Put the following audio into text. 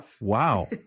wow